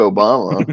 Obama